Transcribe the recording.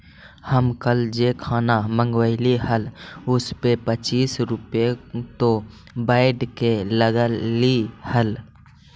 कल हम जे खाना मँगवइली हल उसपे पच्चीस रुपए तो वैट के लगलइ हल